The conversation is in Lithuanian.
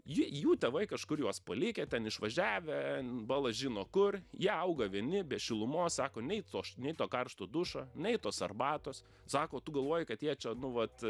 ji jų tėvai kažkur juos palikę ten išvažiavę bala žino kur jie auga vieni be šilumos sako nei to š nei to karšto dušo nei tos arbatos sako tu galvoji kad jie čia nu vat